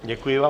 Děkuji vám.